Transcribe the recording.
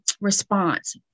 Response